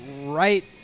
right